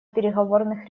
переговорных